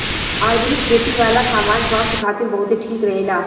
organic खेती वाला सामान स्वास्थ्य खातिर बहुते ठीक रहेला